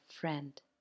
friend